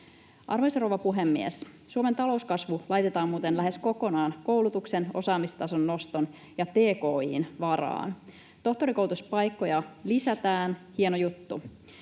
Arvoisa rouva puhemies! Suomen talouskasvu laitetaan muuten lähes kokonaan koulutuksen, osaamistason noston ja tki:n varaan. Tohtorikoulutuspaikkoja lisätään, hieno juttu.